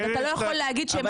אתה לא יכול להגיד שהם מנצלים.